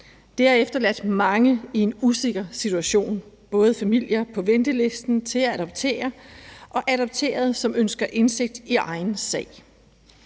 Det har efterladt mange i en usikker situation, både familier på ventelisten til at adoptere og adopterede, som ønsker indsigt i egen sag.